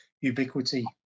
ubiquity